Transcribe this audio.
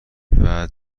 واز